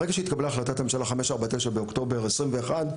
ברגע שהתקבלה החלטת ממשלה 549 באוקטובר 2021,